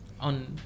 On